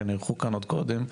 שנערכו כאן עוד קודם,